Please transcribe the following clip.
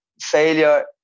Failure